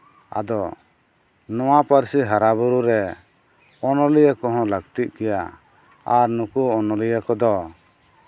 ᱟᱫᱚ ᱱᱚᱣᱟ ᱯᱟᱹᱨᱥᱤ ᱦᱟᱨᱟ ᱵᱩᱨᱩᱨᱮ ᱚᱱᱚᱞᱤᱭᱟᱹ ᱠᱚᱦᱚᱸ ᱞᱟᱹᱠᱛᱤᱜ ᱜᱮᱭᱟ ᱟᱨ ᱱᱩᱠᱩ ᱚᱱᱚᱞᱤᱭᱟᱹ ᱠᱚᱫᱚ